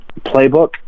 playbook